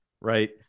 right